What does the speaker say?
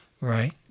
Right